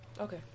Okay